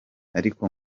ariko